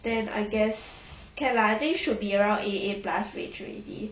then I guess can lah should be around A A plus already